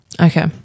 okay